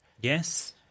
yes